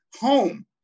home